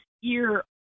year